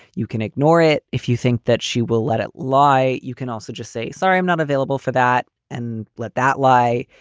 you can ignore it if you think that she will let it lie you can also just say, sorry, i'm not available for that and let that lie.